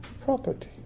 property